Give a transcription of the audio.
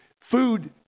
Food